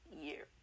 year